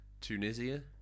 Tunisia